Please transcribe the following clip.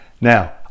Now